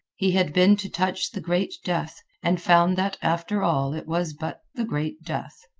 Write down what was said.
he had been to touch the great death, and found that, after all, it was but the great death.